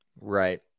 Right